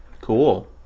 Cool